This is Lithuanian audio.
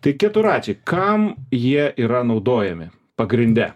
tai keturračiai kam jie yra naudojami pagrinde